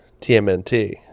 TMNT